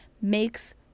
makes